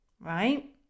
right